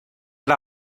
era